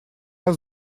раз